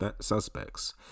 suspects